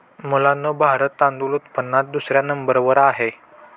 मुलांनो भारत तांदूळ उत्पादनात दुसऱ्या नंबर वर आहे